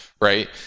right